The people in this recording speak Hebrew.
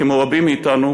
כמו רבים מאתנו,